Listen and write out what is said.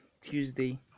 Tuesday